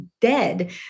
dead